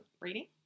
reading